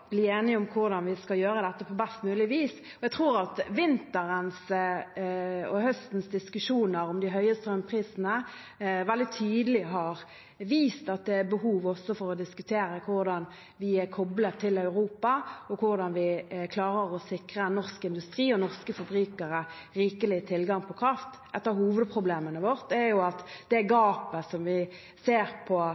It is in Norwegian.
enige om hvordan vi skal gjøre dette på best mulig vis. Men jeg tror at høstens og vinterens diskusjoner om de høye strømprisene veldig tydelig har vist at det er behov for å diskutere hvordan vi er koblet til Europa, og hvordan vi klarer å sikre norsk industri og norske forbrukere rikelig tilgang på kraft. Et av hovedproblemene våre er at det gapet som vi ser på